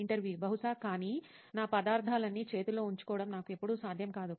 ఇంటర్వ్యూఈ బహుశా కానీ నా పదార్థాలన్నీ చేతిలో ఉంచుకోవడం నాకు ఎప్పుడూ సాధ్యం కాదు